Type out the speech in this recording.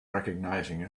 recognizing